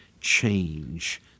change